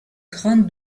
grand